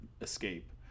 escape